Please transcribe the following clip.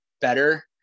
better